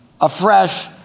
afresh